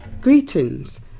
Greetings